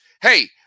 Hey